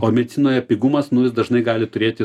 o medicinoje pigumas nu jis dažnai gali turėti